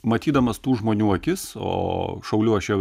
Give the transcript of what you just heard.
matydamas tų žmonių akis o šauliu aš jau